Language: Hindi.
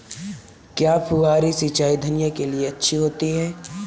क्या फुहारी सिंचाई धनिया के लिए अच्छी होती है?